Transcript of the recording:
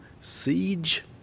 siege